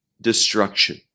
destruction